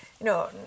No